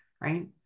Right